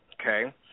Okay